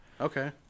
Okay